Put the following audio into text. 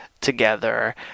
together